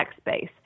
space